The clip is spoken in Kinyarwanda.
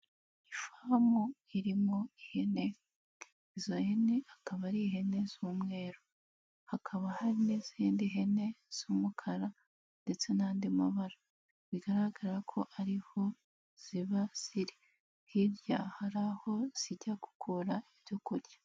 Ifamu irimo ihene, izo hene akaba ari ihene z'umweru, hakaba hari n'izindi hene z'umukara ndetse n'andi mabara, bigaragara ko ari ho ziba ziri, hirya hari aho zijya gukura ibyo kurya.